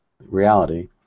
reality